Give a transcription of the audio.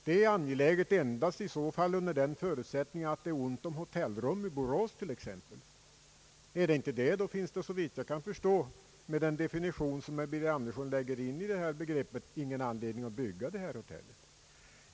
Det är angeläget endast under den förutsättningen att man har ont om hotellrum i t.ex. Borås. Är så inte fallet finns det, såvitt jag förstår av den definition som herr Birger Andersson ger begreppet hotell, ingen anledning att bygga ett hotell speciellt för detta ändamål.